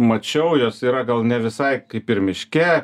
mačiau jos yra gal ne visai kaip ir miške